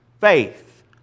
Faith